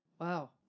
Wow